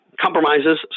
compromises